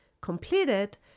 completed